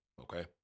Okay